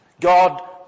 God